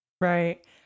right